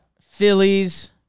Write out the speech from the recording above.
Phillies